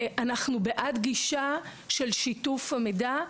אנחנו בעד גישה של שיתוף המידע.